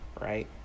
Right